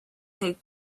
take